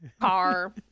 car